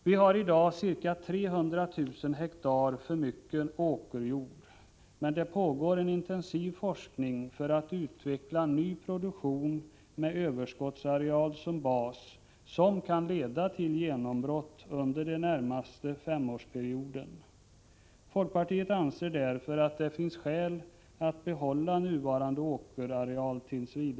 Vi har i dag ca 300 000 hektar för mycket åkerjord, men det pågår en intensiv forskning för att utveckla en ny produktion med överskottsarealen som bas, vilken kan leda till ett genombrott under den närmaste femårsperioden. Vi i folkpartiet anser därför att det finns skäl att tills vidare behålla nuvarande åkerareal.